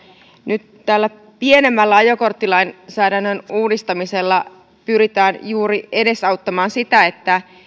nyt tällä pienemmällä ajokorttilainsäädännön uudistamisella pyritään juuri edesauttamaan sitä että